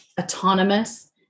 autonomous